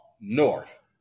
north